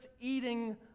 eating